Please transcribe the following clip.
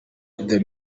the